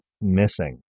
missing